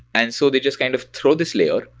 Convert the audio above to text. and so they just kind of throw this layer.